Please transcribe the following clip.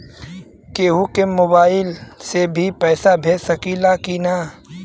केहू के मोवाईल से भी पैसा भेज सकीला की ना?